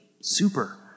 super